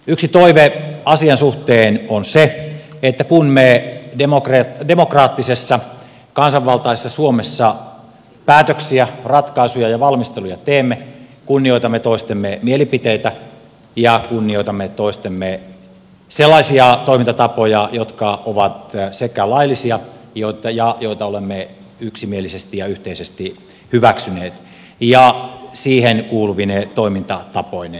yksi toive asian suhteen on se että kun me demokraattisessa kansanvaltaisessa suomessa päätöksiä ratkaisuja ja valmisteluja teemme kunnioitamme toistemme mielipiteitä ja kunnioitamme sellaisia toistemme toimintatapoja jotka ovat laillisia ja jotka olemme yksimielisesti ja yhteisesti hyväksyneet siihen kuuluvine toimintatapoineen